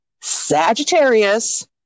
Sagittarius